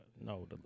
No